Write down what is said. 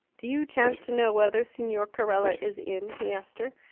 do you chance to know whether signor carella is in? he asked her.